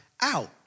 out